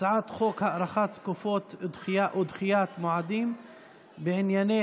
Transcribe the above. הצעת חוק הארכת תקופות ודחיית מועדים בענייני